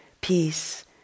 peace